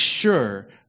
sure